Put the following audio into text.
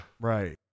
right